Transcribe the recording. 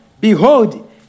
behold